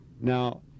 Now